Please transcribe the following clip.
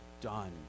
done